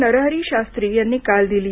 नरहरी शास्त्री यांनी काल दिली